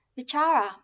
Vichara